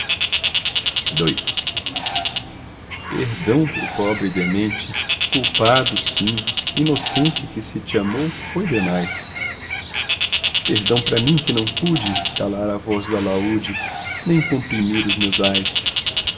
orgia perdão pro pobre demente culpado sim inocente que se te amou foi demais perdão pra mim que não pude calar a voz do alaúde nem comprimir os meus ais